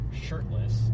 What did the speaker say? shirtless